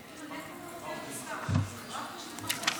זה יפה מאוד, זה קלאסי.